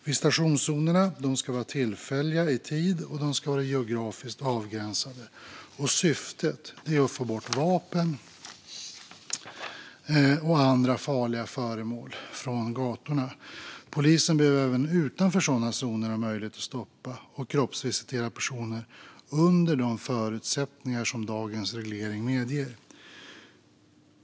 Visitationszoner ska vara tillfälliga i tid och vara geografiskt avgränsade. Syftet är att få bort vapen och andra farliga föremål från gatorna. Polisen behöver även utanför sådana zoner ha möjlighet att stoppa och kroppsvisitera personer under de förutsättningar som dagens reglering medger.